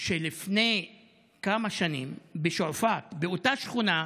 שלפני כמה שנים בשועפאט, באותה שכונה,